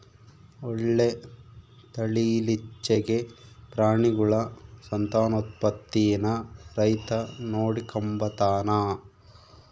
ಒಳ್ಳೆ ತಳೀಲಿಚ್ಚೆಗೆ ಪ್ರಾಣಿಗುಳ ಸಂತಾನೋತ್ಪತ್ತೀನ ರೈತ ನೋಡಿಕಂಬತಾನ